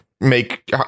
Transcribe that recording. make